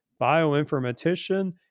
bioinformatician